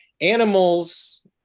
animals